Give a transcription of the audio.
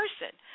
person